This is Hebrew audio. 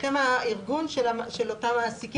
אתם הארגון של אותם המעסיקים.